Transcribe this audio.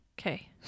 Okay